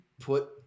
put